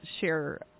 share